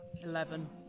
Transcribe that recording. eleven